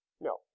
No